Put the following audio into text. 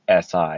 SI